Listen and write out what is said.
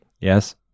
Yes